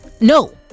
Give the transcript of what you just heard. No